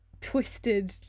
twisted